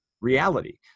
reality